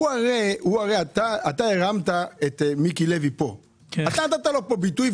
הרי אתה הרמת פה את מיקי לוי, אתה נתת לו ביטוי.